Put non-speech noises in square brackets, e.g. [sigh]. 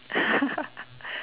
[laughs]